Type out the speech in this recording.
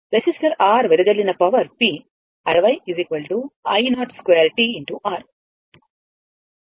resistor R వెదజల్లిన power P 60 i02 x R